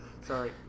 Sorry